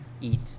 eat